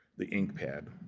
the ink pad.